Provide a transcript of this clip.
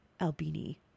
Albini